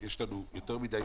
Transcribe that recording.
האם זה רק תשאול?